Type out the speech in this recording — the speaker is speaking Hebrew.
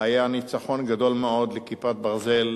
היה ניצחון גדול מאוד ל"כיפת ברזל",